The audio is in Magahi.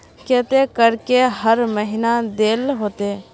केते करके हर महीना देल होते?